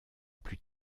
plus